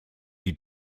die